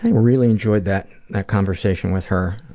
really enjoyed that conversation with her,